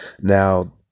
Now